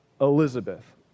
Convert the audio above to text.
Elizabeth